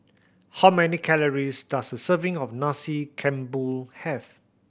how many calories does a serving of Nasi Campur have